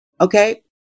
Okay